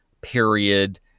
period